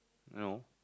no